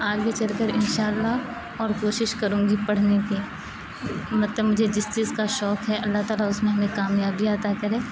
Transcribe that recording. آگے چل کر ان شاء اللہ اور کوشش کروں گی پڑھنے کی مطلب مجھے جس چیز کا شوق ہے اللہ تعالی اس میں ہمیں کامیابی عطا کرے